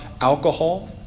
alcohol